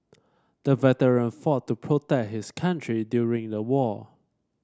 the veteran fought to protect his country during the war